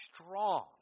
strong